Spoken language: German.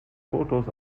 fotos